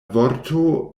vorto